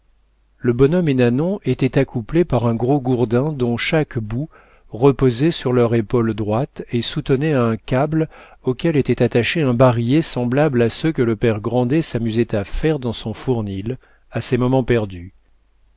le bonhomme et nanon étaient accouplés par un gros gourdin dont chaque bout reposait sur leur épaule droite et soutenait un câble auquel était attaché un barillet semblable à ceux que le père grandet s'amusait à faire dans son fournil à ses moments perdus